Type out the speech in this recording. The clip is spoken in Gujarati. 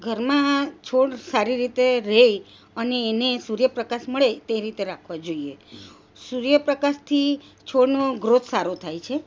ઘરમાં છોડ સારી રીતે રહે અને એને સૂર્ય પ્રકાશ મળે તે રીતે રાખવા જોઈએ સૂર્ય પ્રકાશથી છોડનો ગ્રોથ સારો થાય છે